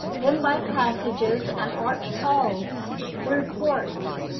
then by passages and arched halls through courts,